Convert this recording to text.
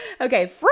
okay